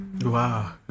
Wow